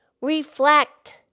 reflect